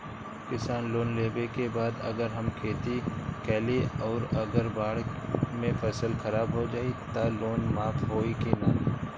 किसान लोन लेबे के बाद अगर हम खेती कैलि अउर अगर बाढ़ मे फसल खराब हो जाई त लोन माफ होई कि न?